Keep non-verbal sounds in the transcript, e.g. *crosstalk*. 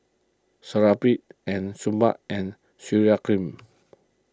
Supravit and *unintelligible* Bath and Urea Cream